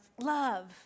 love